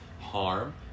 harm